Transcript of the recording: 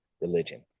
religion